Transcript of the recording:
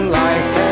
life